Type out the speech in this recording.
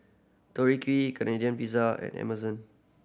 Tori Key Canadian Pizza and Amazon